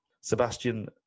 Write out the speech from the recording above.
sebastian